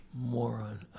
moron